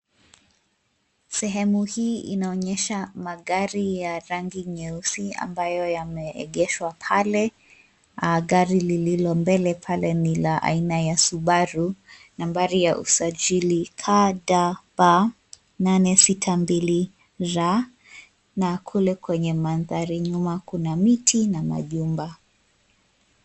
Sehemu hii inaonyesha magari ya rangi nyeusi ambayo yameegeshwa pale. Gari lililombele pale ni la aina ya Subaru nambari ya usajili ni KDB 862J na kule kwenye mandhari nyuma kuna miti na majumba.